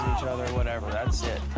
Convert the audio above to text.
other, whatever. that's it.